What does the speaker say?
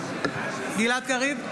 קריב,